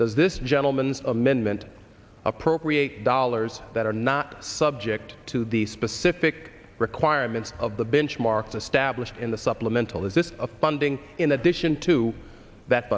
does this gentleman's amendment appropriate dollars that are not subject to the specific requirements of the benchmarks established in the supplemental is this a funding in addition to that